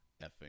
effing